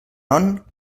non